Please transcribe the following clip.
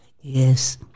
yes